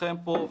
כולכם פה,